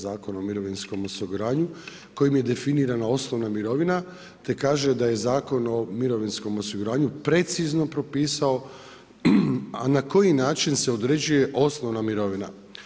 Zakona o mirovinskom osiguranju kojim je definirana osnovna mirovina te kaže da je Zakon o mirovinskom osiguranju precizno propisao, a na koji način se određuje osnovna mirovina.